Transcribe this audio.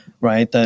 right